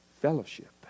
fellowship